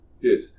Yes